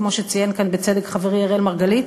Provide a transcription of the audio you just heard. כמו שציין כאן בצדק חברי אראל מרגלית,